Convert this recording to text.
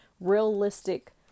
realistic